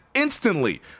Instantly